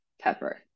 pepper